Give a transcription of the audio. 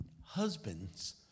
Husbands